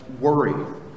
worry